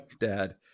dad